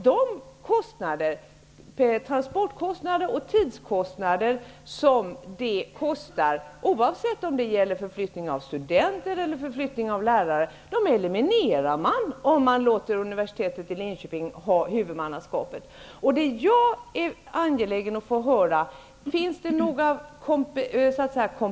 Dessa transportkostnader och tidskostnader som uppstår, oavsett om det gäller förflyttning av studenter eller av lärare, elimineras om man låter universitet i Linköping ha huvudmannaskapet. Jag är angelägen om att få svar på min fråga.